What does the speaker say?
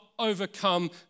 overcome